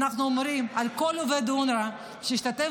אנחנו אומרים: על כל עובד אונר"א שהשתתף